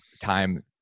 time